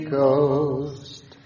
Ghost